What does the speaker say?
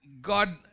God